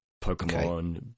pokemon